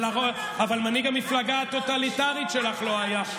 אבל מנהיג המפלגה הטוטליטרית שלך לא היה.